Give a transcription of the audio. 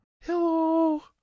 Hello